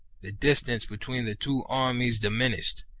the distance between the two armies diminished,